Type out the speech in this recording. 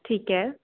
ਠੀਕ ਹੈ